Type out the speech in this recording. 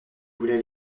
voulais